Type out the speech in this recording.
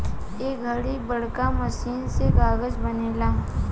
ए घड़ी बड़का मशीन से कागज़ बनेला